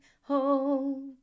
hope